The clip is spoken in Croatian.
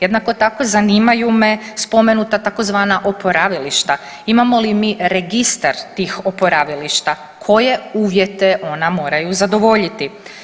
Jednako tako zanimaju me spomenuta tzv. oporavilišta, imamo li mi registar tih oporavilišta, koje uvjete ona moraju zadovoljiti?